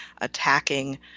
attacking